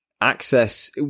access